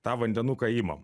tą vandenuką imam